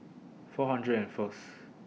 four hundred and First